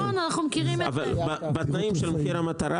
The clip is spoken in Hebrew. זה בית ריק.